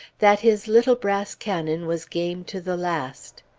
that his little brass cannon was game to the last.